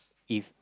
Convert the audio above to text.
if